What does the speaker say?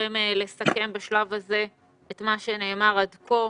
ברשותכם לסכם בשלב הזה את מה שנאמר עד כה.